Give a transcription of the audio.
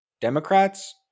Democrats